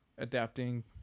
adapting